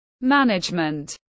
management